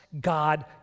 God